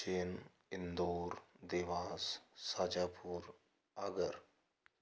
Ujjain Indore Dewas Shajapur Agra